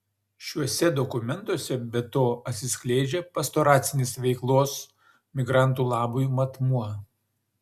šiuose dokumentuose be to atsiskleidžia pastoracinis veiklos migrantų labui matmuo